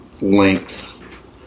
length